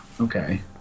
okay